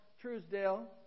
Truesdale